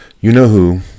You-Know-Who